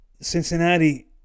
Cincinnati